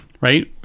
right